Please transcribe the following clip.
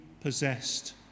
possessed